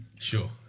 Sure